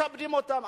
מקבלים אותם.